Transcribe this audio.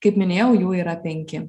kaip minėjau jų yra penki